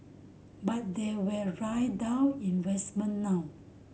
but they will drive down investment now